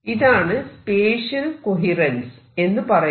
ഇതാണ് spatial coherence എന്ന് പറയുന്നത്